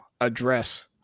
address